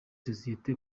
sosiyete